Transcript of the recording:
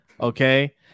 Okay